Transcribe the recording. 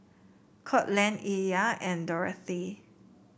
Courtland Illya and Dorathy